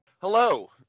Hello